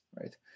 right